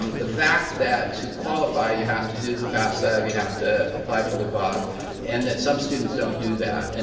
the fact that to qualify you have to do the fafsa, you have to apply for the bog and that some students don't do that. and